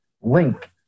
link